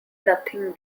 nothing